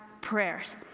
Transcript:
prayers